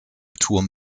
turm